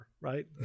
right